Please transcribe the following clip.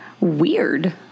weird